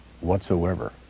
whatsoever